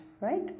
right